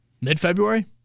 mid-February